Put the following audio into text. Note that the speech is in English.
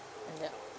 ya